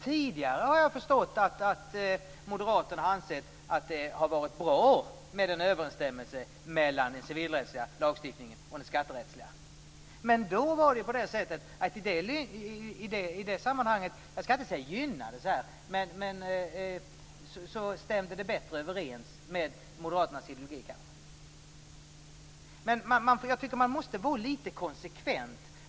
Tidigare har jag förstått att Moderaterna har ansett att det varit bra med en överensstämmelse mellan den civilrättsliga lagstiftningen och den skatterättsliga. Men i det sammanhanget - jag skall inte säga gynnade - stämde det kanske bättre överens med Moderaternas ideologi. Jag tycker att man måste vara lite konsekvent.